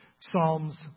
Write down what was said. Psalms